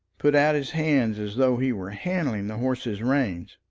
put out his hands as though he were handling the horse's rein.